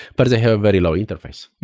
but they have a very low interface.